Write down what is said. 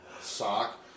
sock